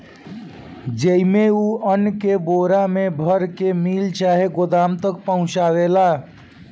जेइमे, उ अन्न के बोरा मे भर के मिल चाहे गोदाम तक पहुचावेला